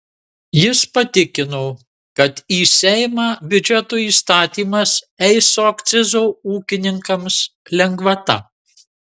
jis patikino kad į seimą biudžeto įstatymas eis su akcizo ūkininkams lengvata